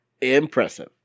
Impressive